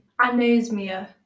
Anosmia